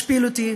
השפיל אותי,